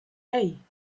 hey